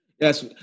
yes